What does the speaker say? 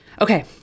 Okay